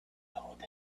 told